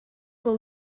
will